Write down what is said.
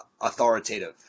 authoritative